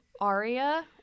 aria